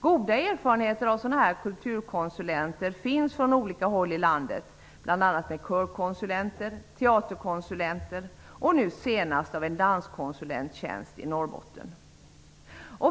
Goda erfarenheter av sådana kulturkonsulenter finns på olika håll i landet, bl.a. körkonsulenter, teaterkonsulenter och nu senast en danskonsulenttjänst i Norrbotten.